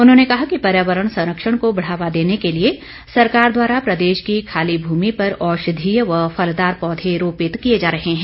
उन्होंने कहा कि पर्यावरण संरक्षण को बढ़ावा देने के लिए सरकार द्वारा प्रदेश की खाली भूमि पर औषधीय व फलदार पौधे रोपित किए जा रहे हैं